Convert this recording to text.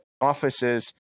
offices